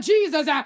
Jesus